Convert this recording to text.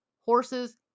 horses